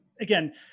again